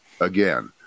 again